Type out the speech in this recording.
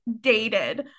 dated